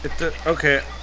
Okay